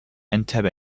entebbe